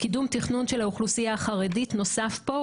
קידום תכנון של האוכלוסייה החרדית נוסף פה,